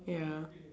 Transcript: ya